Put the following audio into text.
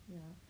ya